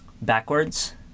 backwards